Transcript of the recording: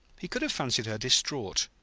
he could have fancied her distraught,